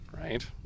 right